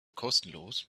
kostenlos